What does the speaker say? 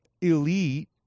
elite